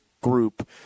group